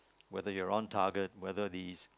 whether you're on target whether these